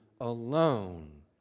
alone